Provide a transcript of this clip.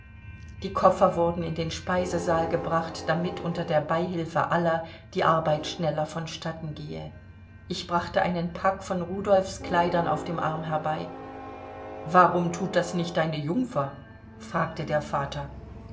die koffer wurden in den speisesaal gebracht damit unter der beihilfe aller die arbeit schneller vonstatten gehe ich brachte einen pack von rudolfs kleidern auf dem arm herbei warum thut das nicht deine jungfer fragte der vater